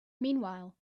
meanwhile